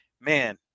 man